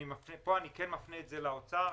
ופה אני כן מפנה את זה למשרד האוצר,